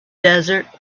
desert